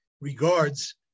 regards